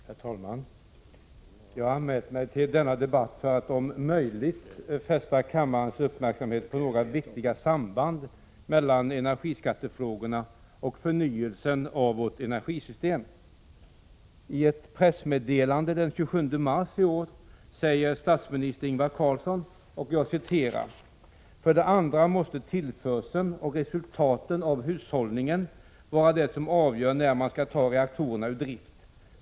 Herr talman! Jag har anmält mig till denna debatt för att om möjligt fästa kammarens uppmärksamhet på några viktiga samband mellan energiskattefrågorna och förnyelsen av vårt energisystem. I ett pressmeddelande den 27 mars i år säger statsminister Ingvar Carlsson: ”För det andra måste tillförseln och resultaten av hushållningen vara det som avgör när man skall ta reaktorerna ur drift.